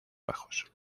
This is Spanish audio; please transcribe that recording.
bajos